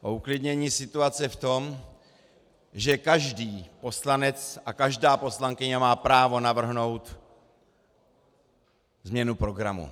O uklidnění situace v tom, že každý poslanec a každá poslankyně má právo navrhnout změnu programu.